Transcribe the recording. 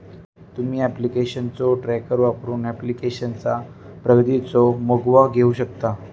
तुम्ही ऍप्लिकेशनचो ट्रॅकर वापरून ऍप्लिकेशनचा प्रगतीचो मागोवा घेऊ शकता